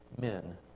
men